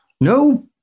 No